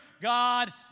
God